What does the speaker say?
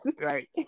right